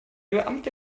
beamte